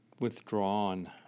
withdrawn